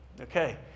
okay